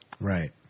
Right